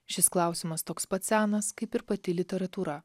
šis klausimas toks pat senas kaip ir pati literatūra